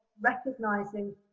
recognizing